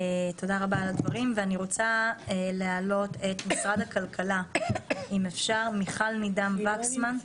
אני רוצה להעלות את משרד הכלכלה, אם אפשר את לנה,